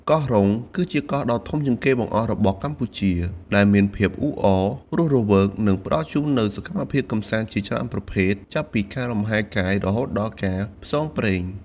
កោះរ៉ុង គឺជាកោះដ៏ធំជាងគេបង្អស់របស់កម្ពុជា ដែលមានភាពអ៊ូអរ រស់រវើក និងផ្តល់ជូននូវសកម្មភាពកម្សាន្តជាច្រើនប្រភេទ ចាប់ពីការលំហែរកាយ រហូតដល់ការផ្សងព្រេង។